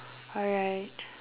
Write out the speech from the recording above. alright